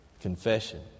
Confession